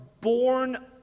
born